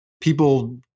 people